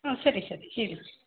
ಹಾಂ ಸರಿ ಸರಿ ಹೇಳಿ